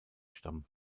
stamm